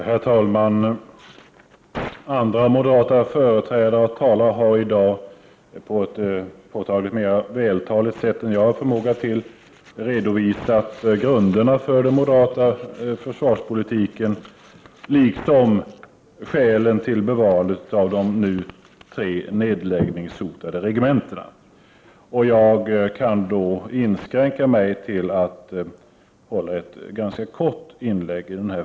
Herr talman! Andra moderata företrädare har på ett mera vältaligt sätt än jag har förmåga till redovisat grunderna för den moderata försvarspolitiken, liksom skälen för bevarandet av de nu tre nedläggningshotade regementena. Jag inskränker mig därför till att göra ett ganska kort inlägg.